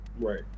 Right